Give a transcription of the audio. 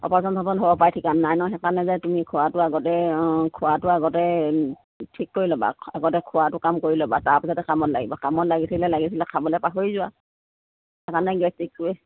হ'ব পাই ঠিকান নাই নহয় সেইকাৰণে যে তুমি খোৱাটো আগতে খোৱাটো আগতে ঠিক কৰি ল'বা আগতে খোৱাটো কাম কৰি ল'ব তাৰপিছতে কামত লাগিবা কামত লাগি থাকিলে লাগি থাকিলে খাবলে পাহৰি যোৱা সেইকাৰণে